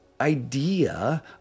idea